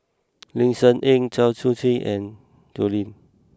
Ling Cher Eng Cheong Siew Keong and Teo Hean